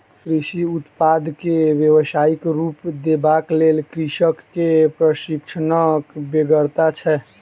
कृषि उत्पाद के व्यवसायिक रूप देबाक लेल कृषक के प्रशिक्षणक बेगरता छै